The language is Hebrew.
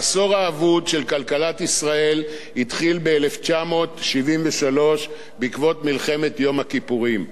העשור האבוד של כלכלת ישראל התחיל ב-1973 בעקבות מלחמת יום הכיפורים.